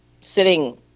sitting